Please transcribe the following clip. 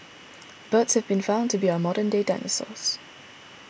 birds have been found to be our modern day dinosaurs